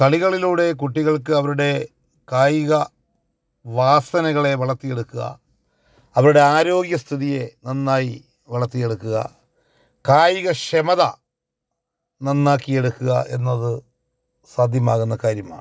കളികളിലൂടെ കുട്ടികൾക്ക് അവരുടെ കായിക വാസനകളെ വളർത്തി എടുക്കുക അവരുടെ ആരോഗ്യസ്ഥിതിയെ നന്നായി വളർത്തി എടുക്കുക കായിക ക്ഷമത നന്നാക്കി എടുക്കുക എന്നത് സാധ്യമാകുന്ന കാര്യമാണ്